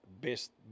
best